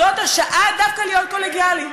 זאת השעה דווקא להיות קולגיאליים.